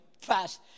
fast